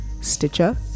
stitcher